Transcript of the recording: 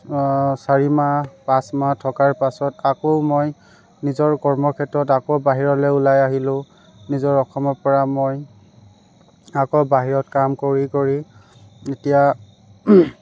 চাৰি মাহ পাঁচ মাহ থকাৰ পাছত আকৌ মই নিজৰ কৰ্মক্ষেত্ৰত আকৌ বাহিৰলৈ ওলাই আহিলো নিজৰ অসমৰ পৰা মই আকৌ বাহিৰত কাম কৰি কৰি এতিয়া